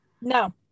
No